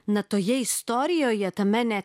na toje istorijoje tame ne